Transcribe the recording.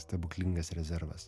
stebuklingas rezervas